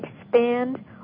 expand